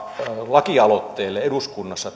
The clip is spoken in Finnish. tälle meidän lakialoitteellemme eduskunnassa